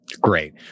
Great